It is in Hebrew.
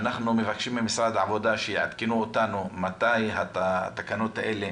אנחנו מבקשים ממשרד העבודה שיעדכנו אותנו מתי התקנות האלה